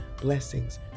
blessings